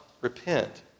repent